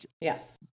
Yes